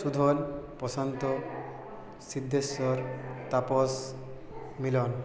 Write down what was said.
Sudhan Prashanta Siddheshwar Tapas Milan